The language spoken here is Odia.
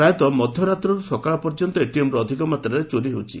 ପ୍ରାୟତ ମଧ୍ୟରାତ୍ରରୁ ସକାଳ ପର୍ଯ୍ୟନ୍ତ ଏଟିଏମ୍ରୁ ଅଧିକ ମାତ୍ରାରେ ଚୋରି ହେଉଛି